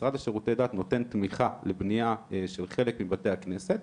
המשרד לשירות דת נותן תמיכה לבנייה של חלק מבתי הכנסת.